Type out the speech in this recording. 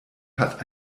hat